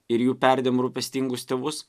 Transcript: ir jų perdėm rūpestingus tėvus